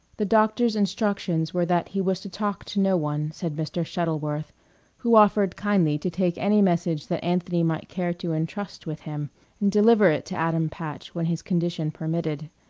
the doctors' instructions were that he was to talk to no one, said mr. shuttleworth who offered kindly to take any message that anthony might care to intrust with him, and deliver it to adam patch when his condition permitted.